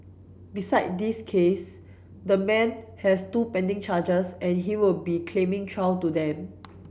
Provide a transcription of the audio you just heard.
beside this case the man has two pending charges and he will be claiming trial to them